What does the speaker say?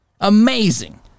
Amazing